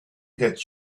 that